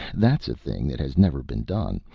that's a thing that has never been done,